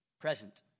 present